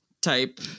type